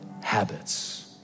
habits